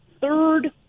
third